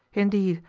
indeed,